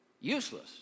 useless